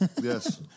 Yes